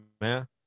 man